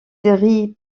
série